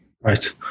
Right